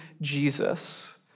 Jesus